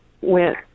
went